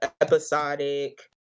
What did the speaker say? episodic